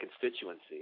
constituency